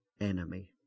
enemy